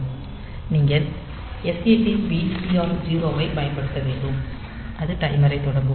நீங்கள் SETB TR0 ஐப் பயன்படுத்த வேண்டும் அது டைமரைத் தொடங்கும்